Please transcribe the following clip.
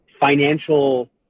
financial